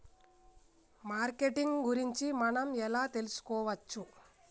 Marketing గురించి మనం ఎలా తెలుసుకోవచ్చు?